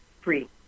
free